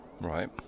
Right